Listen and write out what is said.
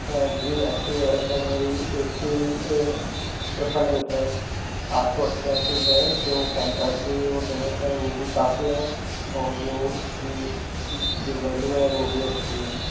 salary अच्छी है sir मेरी ऐटीटी एट ट्रिपल ऐट है आठ सौ अट्ठासी है जो पैन कार्ड की और लिमिट है वो भी काफ़ी है और जो उसकी जो वैल्यू है वो भी अच्छी है